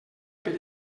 per